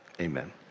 Amen